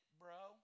bro